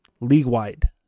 league-wide